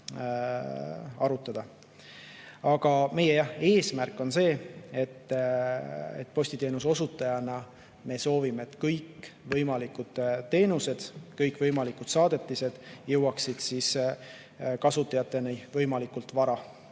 Meie eesmärk on ja postiteenuse osutajana soovime, et kõikvõimalikud teenused, kõikvõimalikud saadetised jõuaksid kasutajateni võimalikult vara,